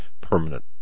permanent